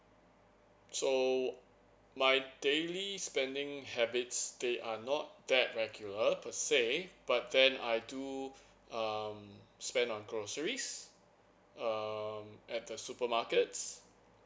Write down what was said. so my daily spending habits they are not that regular per se but then I do um spend on groceries um at the supermarkets